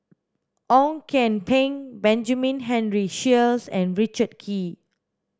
Ong Kian Peng Benjamin Henry Sheares and Richard Kee